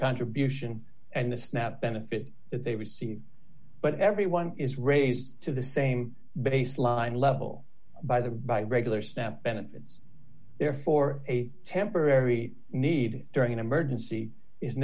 contribution and the snap benefits that they receive but everyone is raised to the same baseline level by the by regular staff benefits therefore a temporary need during an emergency is